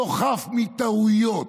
לא חף מטעויות,